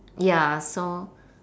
ya so